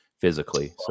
physically